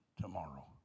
tomorrow